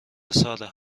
سارا